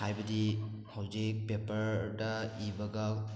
ꯍꯥꯏꯕꯗꯤ ꯍꯧꯖꯤꯛ ꯄꯦꯄꯔꯗ ꯏꯕꯒ